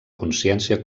consciència